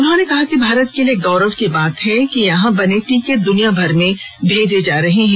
उन्होंने कहा कि भारत के लिए गौरव की बात है कि यहां बने टीके दुनिया भर में भेजे जा रहे हैं